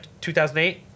2008